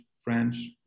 French